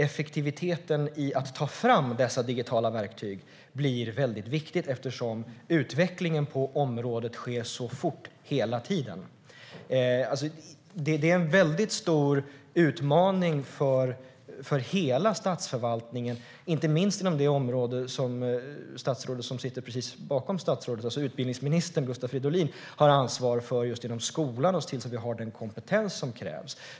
Effektiviteten i att ta fram digitala verktyg blir också väldigt viktig eftersom utvecklingen på området hela tiden är så snabb. Det är en stor utmaning för hela statsförvaltningen, inte minst det område som utbildningsminister Gustav Fridolin har ansvar för, för att se till att skolan har den kompetens som krävs.